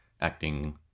acting